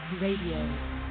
Radio